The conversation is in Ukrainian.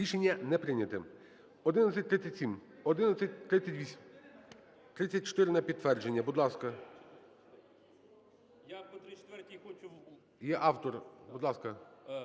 Рішення не прийнято.